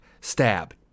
Stab